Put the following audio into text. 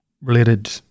related